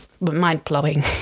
mind-blowing